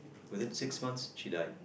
within six months she died